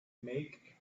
make